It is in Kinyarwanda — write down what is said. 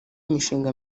mishinga